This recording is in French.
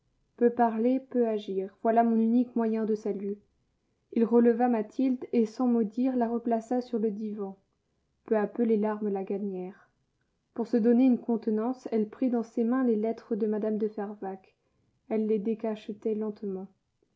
peu parler peu agir voilà mon unique moyen de salut il releva mathilde et sans mot dire la replaça sur le divan peu à peu les larmes la gagnèrent pour se donner une contenance elle prit dans ses mains les lettres de mme de fervaques elle les décachetait lentement